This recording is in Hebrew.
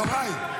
איפה החטופים?